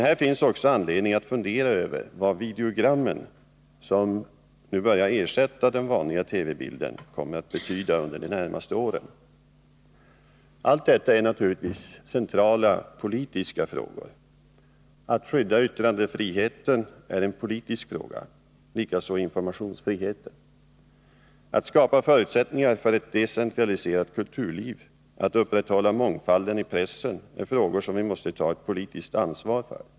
Här finns också anledning att fundera över vad videogrammen, som nu börjar ersätta den vanliga TV-bilden, kommer att betyda under de närmaste åren. Allt detta är naturligtvis centrala politiska frågor. Att skydda yttrandefriheten är en politisk fråga, likaså informationsfriheten. Att skapa förutsättningar för ett decentraliserat kulturliv, att upprätthålla mångfalden i pressen är frågor som vi måste ta ett politiskt ansvar för.